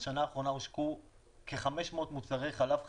בשנה האחרונה הושקו כ-500 מוצרי חלב חדשים.